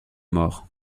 mort